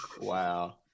Wow